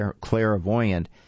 clairvoyant